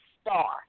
star